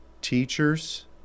teachers